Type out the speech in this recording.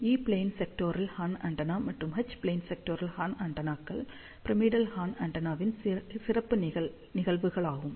ஈ plane sectoral horn antenna மற்றும் H plane sectoral horn ஆண்டெனாக்கள் pyramidal horn ஆண்டெனாவின் சிறப்பு நிகழ்வுகளாகும்